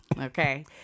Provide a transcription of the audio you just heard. Okay